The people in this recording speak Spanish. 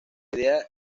idea